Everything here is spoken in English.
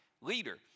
leader